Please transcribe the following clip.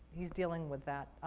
he's dealing with that,